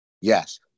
Yes